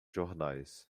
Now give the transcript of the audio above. jornais